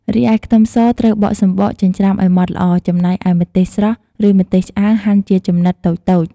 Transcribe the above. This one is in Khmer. រីឯ ខ្ទឹមស ត្រូវបកសំបកចិញ្ច្រាំឲ្យម៉ត់ល្អ ចំណែកឯម្ទេសស្រស់ ឬម្ទេសឆ្អើរហាន់ជាចំណិតតូចៗ។